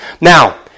Now